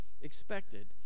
expected